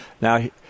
now